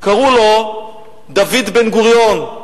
קראו לו דוד בן-גוריון.